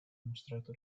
mostrato